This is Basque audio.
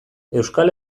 euskal